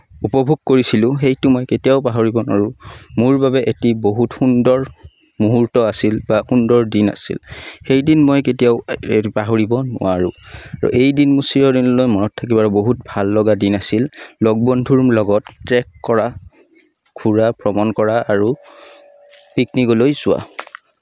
উপভোগ কৰিছিলোঁ সেইটো মই কেতিয়াও পাহৰিব নোৱাৰোঁ মোৰ বাবে এটি বহুত সুন্দৰ মুহূৰ্ত আছিল বা সুন্দৰ দিন আছিল সেই দিন মই কেতিয়াও পাহৰিব নোৱাৰোঁ আৰু এই দিন চিৰদিনলৈ মনত থাকিব আৰু বহুত ভাল লগা দিন আছিল লগ বন্ধুৰ লগত ট্ৰেক কৰা ঘূৰা ভ্ৰমণ কৰা আৰু পিকনিকলৈ যোৱা